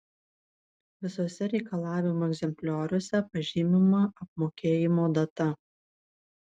visuose reikalavimų egzemplioriuose pažymima apmokėjimo data